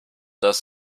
dass